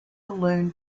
balloon